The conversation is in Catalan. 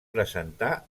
presentar